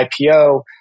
IPO